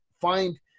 find